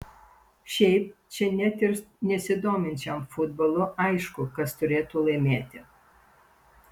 šiaip čia net ir nesidominčiam futbolu aišku kas turėtų laimėti